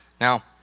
Now